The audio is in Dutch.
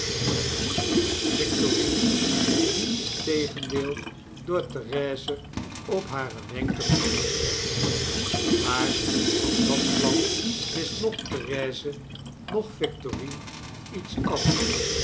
en niet victorine die integendeel door therese op hare wenken bediend werd maar van dat plan wist noch therese nog victorine iets af